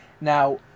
Now